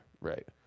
Right